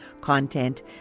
content